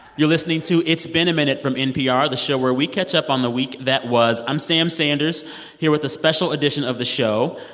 you're listening to it's been a minute from npr, the show where we catch up on the week that was. i'm sam sanders here with a special edition of the show,